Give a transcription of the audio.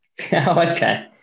okay